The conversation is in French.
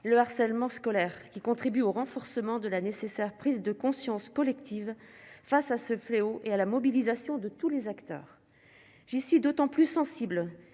le harcèlement scolaire qui contribuent au renforcement de la nécessaire prise de conscience collective face à ce fléau et à la mobilisation de tous les acteurs, j'y suis d'autant plus sensible